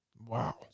Wow